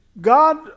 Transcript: God